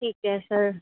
ਠੀਕ ਹੈ ਸਰ